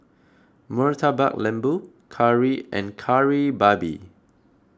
Murtabak Lembu Curry and Kari Babi